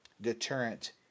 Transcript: deterrent